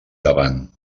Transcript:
davant